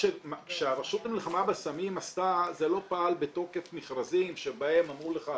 כשהרשות למלחמה בסמים עשתה זה לא פעל בתוקף מכרזים שבהם אמרו לך: